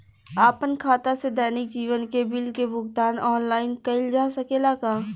आपन खाता से दैनिक जीवन के बिल के भुगतान आनलाइन कइल जा सकेला का?